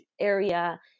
area